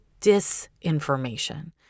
disinformation